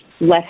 less